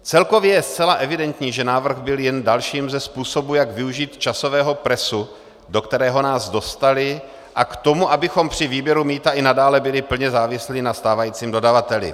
Celkově je zcela evidentní, že návrh byl jen dalším ze způsobů, jak využít časového presu, do kterého nás dostali, a k tomu, abychom při výběru mýta i nadále byli plně závislí na stávajícím dodavateli.